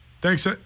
Thanks